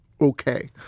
okay